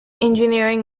engineering